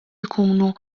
inkunu